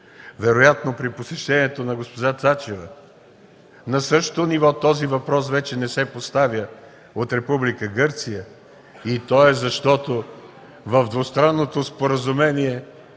Вероятно при посещението на госпожа Цачева на същото ниво този въпрос вече не се поставя от Република Гърция. То е, защото в двустранното споразумение